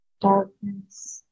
darkness